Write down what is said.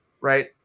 Right